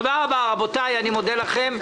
תודה רבה, רבותי, אני מודה לכם.